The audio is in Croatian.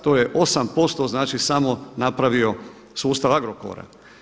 To je 8% znači samo napravio sustav Agrokora.